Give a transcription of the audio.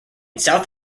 south